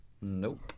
Nope